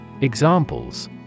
Examples